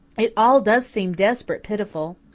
it all does seem desperate pitiful.